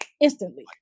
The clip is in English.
Instantly